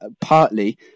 partly